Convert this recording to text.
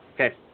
Okay